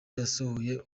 yasohoye